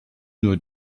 nur